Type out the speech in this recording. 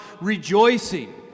rejoicing